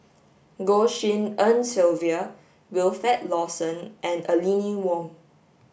Goh Tshin En Sylvia Wilfed Lawson and Aline Wong